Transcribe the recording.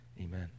Amen